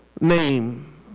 name